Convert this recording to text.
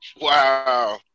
Wow